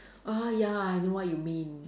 ah ya I know what you mean